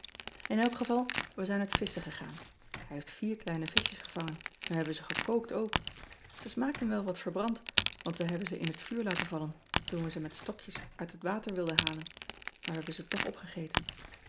n elk geval we zijn uit visschen gegaan ij heeft vier kleine vischjes gevangen en we hebben ze gekookt ook e smaakten wel wat verbrand want we hebben ze in het vuur laten vallen toen we ze met stokjes uit het water wilden halen maar we hebben ze toch opgegeten